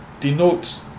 denotes